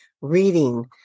reading